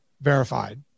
verified